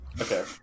Okay